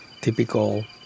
typical